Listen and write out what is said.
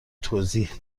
توضیح